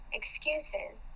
excuses